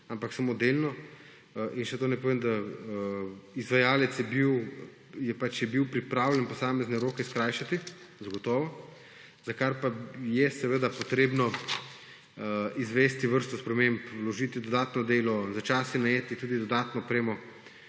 ampak samo delno. In še to naj povem, da izvajalec je bil pripravljen posamezne roke skrajšati zagotovo, za kar pa je seveda potrebno izvesti vrsto sprememb, vložiti dodatno delo, včasih najeti tudi dodatno opremo.